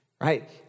right